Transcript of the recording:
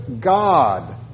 God